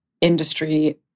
industry